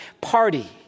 party